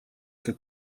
как